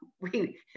we-